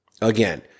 Again